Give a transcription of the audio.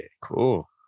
cool